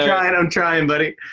i'm tryin', i'm tryin', buddy.